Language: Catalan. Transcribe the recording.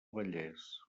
vallès